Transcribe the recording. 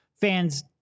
fans